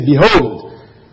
behold